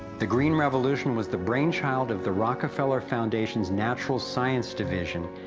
the green revolution was the brainchild of the rockefeller foundation's natural science division,